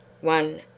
one